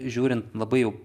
žiūrint labai jau